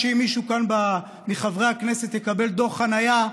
שאם מישהו כאן מחברי הכנסת יקבל דוח חניה,